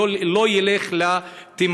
לא ירד לטמיון.